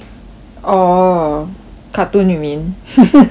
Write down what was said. orh cartoon you mean